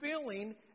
feeling